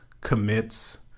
commits